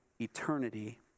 eternity